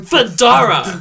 Fedora